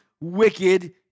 wicked